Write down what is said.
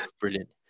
brilliant